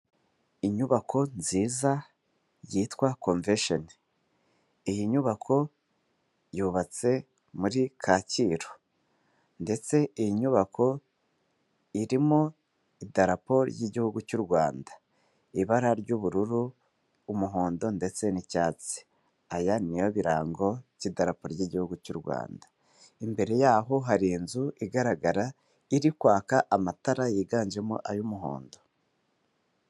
Inyubako nziza yitwa Convention, iyi nyubako yubatse muri Kacyiru ndetse iyi nyubako irimo idarapo ry'igihugu cy'u Rwanda, ibara ry'ubururu, umuhondo ndetse n'icyatsi aya ni yo birango by'idarapa ry'igihugu cy'u Rwanda, imbere yaho hari inzu igaragara iri kwaka amatara yiganjemo ay'umuhondo.